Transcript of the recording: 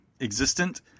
existent